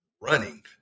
running